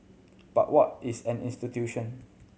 but what is an institution